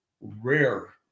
rare